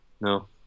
no